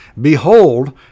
Behold